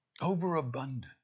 Overabundant